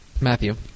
Matthew